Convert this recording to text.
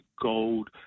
gold